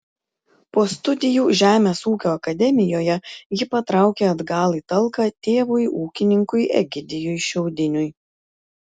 po studijų žemės ūkio akademijoje ji patraukė atgal į talką tėvui ūkininkui egidijui šiaudiniui